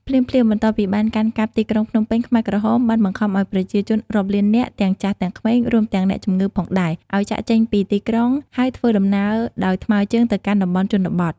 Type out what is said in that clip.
ភ្លាមៗបន្ទាប់ពីបានកាន់កាប់ទីក្រុងភ្នំពេញ ខ្មែរក្រហមបានបង្ខំឲ្យប្រជាជនរាប់លាននាក់ទាំងចាស់ទាំងក្មេង រួមទាំងអ្នកជំងឺផងដែរ ឲ្យចាកចេញពីទីក្រុង ហើយធ្វើដំណើរដោយថ្មើរជើងទៅកាន់តំបន់ជនបទ។